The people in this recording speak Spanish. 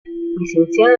licenciado